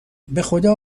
بخدا